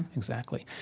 exactly.